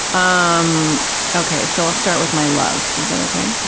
um okay, so i'll start with my loves. is that okay?